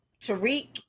Tariq